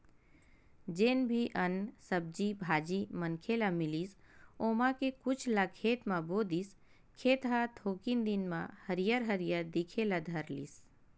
जेन भी अन्न, सब्जी भाजी मनखे ल मिलिस ओमा के कुछ ल खेत म बो दिस, खेत ह थोकिन दिन म हरियर हरियर दिखे ल धर लिस